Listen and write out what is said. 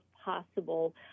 possible